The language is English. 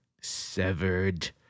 severed